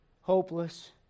hopeless